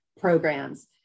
programs